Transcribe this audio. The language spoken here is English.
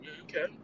Okay